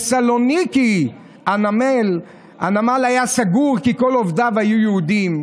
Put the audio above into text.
בסלוניקי הנמל היה סגור כי כל עובדיו היו יהודים".